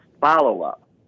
follow-up